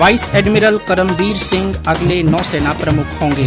vice admiral Karambir Singh अगले नौ सेना प्रमुख होगें